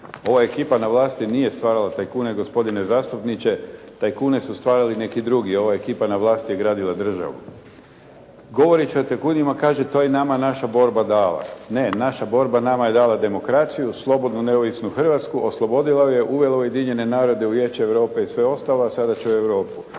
Ova ekipa na vlasti nije stvarala tajkune gospodine zastupniče, tajkune su stvarali neki drugi. Ova ekipa na vlasti je gradila državu. Govoreći o tajkunima kaže to je nama naša borba dala. Ne, naša borba nama je dala demokraciju, slobodnu, neovisnu Hrvatsku, oslobodila ju je, uvela u Ujedinjene narode, u Vijeće Europe i sve ostalo, a sada će u Europu.